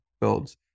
builds